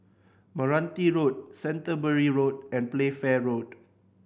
Meranti Road Canterbury Road and Playfair Road